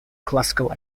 classical